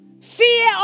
Fear